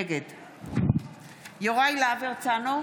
נגד יוראי להב הרצנו,